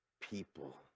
people